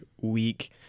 week